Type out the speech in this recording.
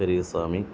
Periyasamy